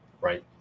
Right